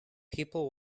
people